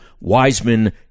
Wiseman